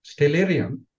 Stellarium